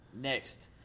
Next